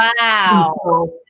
Wow